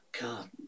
God